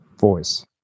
voice